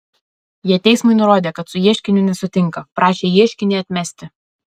jie teismui nurodė kad su ieškiniu nesutinka prašė ieškinį atmesti